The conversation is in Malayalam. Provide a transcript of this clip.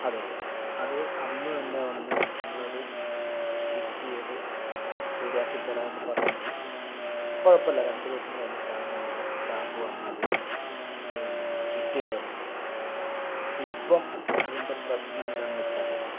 അതേയതെ അത് അന്ന് തന്നെ വന്ന് നിങ്ങളത് ഫിറ്റ് ചെയ്ത് ശരിയാക്കി തരാമെന്ന് പറഞ്ഞിരുന്നു കുഴപ്പമില്ല രണ്ട് ദിവസം കഴിഞ്ഞിട്ടാണ് നിങ്ങളുടെ സ്റ്റാഫ് വന്നത് പിന്നെ ഫിറ്റ് ചെയ്ത് തന്നത് ഇപ്പം അതിൻ്റെ പ്രശ്നം എന്താന്ന് വെച്ചാല്